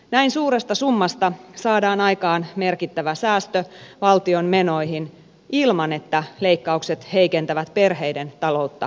näin suuresta summasta saadaan aikaan merkittävä säästö valtion menoihin ilman että leikkaukset heikentävät perheiden taloutta kohtuuttomasti